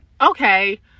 okay